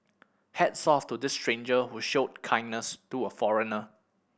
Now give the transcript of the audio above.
hats off to this stranger who showed kindness to a foreigner